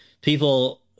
people